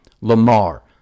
Lamar